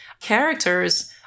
characters